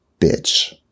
bitch